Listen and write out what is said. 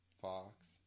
Fox